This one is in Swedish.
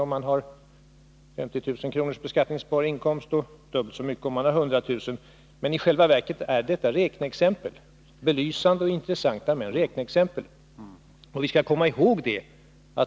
om man har en beskattningsbar inkomst på 50 000 kr., dubbelt så mycket om man har 100 000 kr. Men i själva verket är detta räkneexempel — de är belysande och intressanta men de är bara räkneex empel.